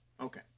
Okay